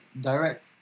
direct